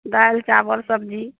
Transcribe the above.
दालि चाबल सबजी